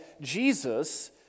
Jesus